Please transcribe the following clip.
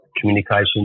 communication